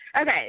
Okay